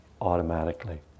automatically